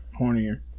hornier